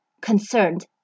concerned